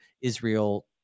Israel